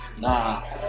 Nah